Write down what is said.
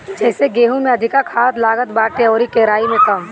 जइसे गेंहू में अधिका खाद लागत बाटे अउरी केराई में कम